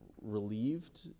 relieved